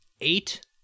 eight